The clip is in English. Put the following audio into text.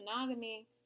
Monogamy